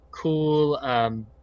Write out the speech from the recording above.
cool –